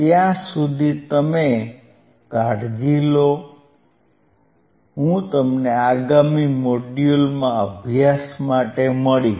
ત્યાં સુધી તમે કાળજી લો હું તમને આગામી મોડ્યુલમાં અભ્યાસ માટે મળીશ